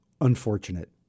unfortunate